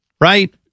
right